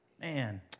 Man